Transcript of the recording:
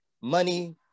money